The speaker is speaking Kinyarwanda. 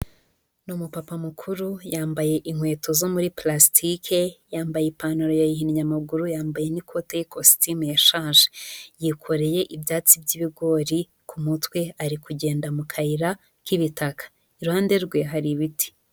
Ni umupapa mukuru yambaye inkweto zo muri palastike, yambaye ipantaro yayihinnye amaguru yambaye n'ikote y'ikokositimu yashaje, yikoreye ibyatsi by'ibigori ku mutwe ari kugenda mu kayira k'ibitaka, iruhande rwe hari ibiti.